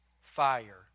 fire